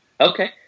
Okay